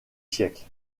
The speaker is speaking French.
siècles